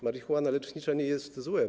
Marihuana lecznicza nie jest złem.